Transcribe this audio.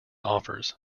offers